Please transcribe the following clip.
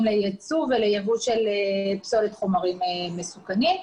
ליצוא וליבוא של פסולת חומרים מסוכנים.